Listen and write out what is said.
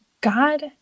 god